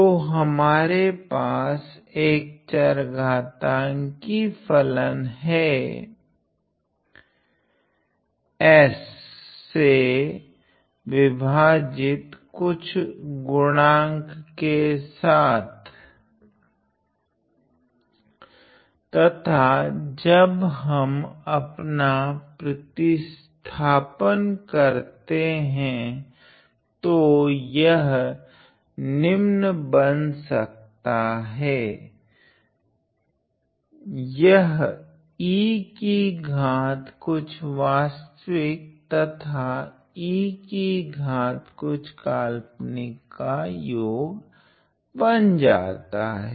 तो हमारे पास अक चरघातांकी फलन हैं s से विभाजित कुछ गुणांक के साथ तथा जब हम अपना प्रतिस्थापन करते हैं तो यह निम्न बन जाता हैं यह e कि घात कुछ वास्तविक तथा e कि घात कुछ काल्पनिक का योग बन जाता हैं